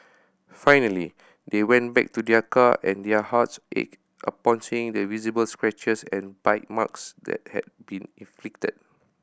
finally they went back to their car and their hearts ached upon seeing the visible scratches and bite marks that had been inflicted